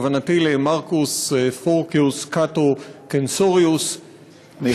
כוונתי למרקוס פורקיוס קאטו קנסוריוס,